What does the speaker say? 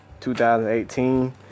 2018